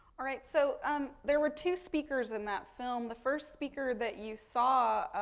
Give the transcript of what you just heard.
all right, so, um there were two speakers in that film. the first speaker that you saw,